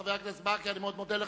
חבר הכנסת ברכה, אני מאוד מודה לך.